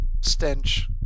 stench